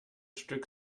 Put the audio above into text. stück